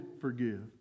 forgive